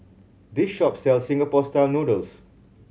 this shop sells Singapore Style Noodles